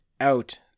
out